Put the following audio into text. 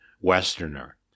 Westerner